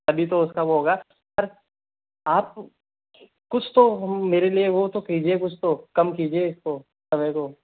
अभी तो उसका वो होगा पर आप कुछ तो मेरे लिए वो तो कीजिए कुछ तो काम कीजिए इसको समय को